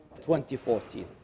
2014